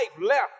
left